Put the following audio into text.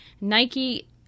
nike